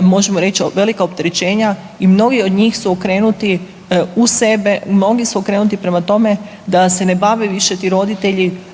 možemo reći, velika opterećenja i mnogi od njih su okrenuti u sebe, mnogi su okrenuti prema tome da se ne bave više ti roditelji